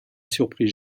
surprise